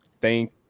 Thank